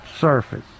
surface